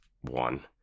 one